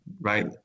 Right